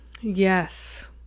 yes